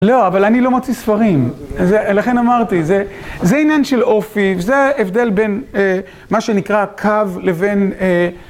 לא, אבל אני לא מוציא ספרים, לכן אמרתי, זה עניין של אופי, וזה ההבדל בין מה שנקרא קו לבין